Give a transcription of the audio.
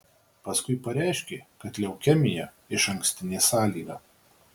paskui pareiškė kad leukemija išankstinė sąlyga